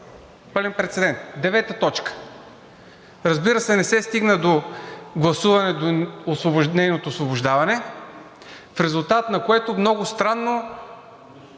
Пълен прецедент – девета точка. Разбира се, не се стигна до гласуване за нейното освобождаване, в резултат на което много странно